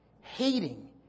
Hating